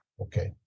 Okay